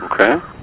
Okay